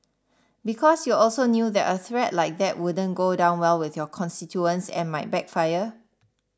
because you also knew that a threat like that wouldn't go down well with your constituents and might backfire